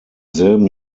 selben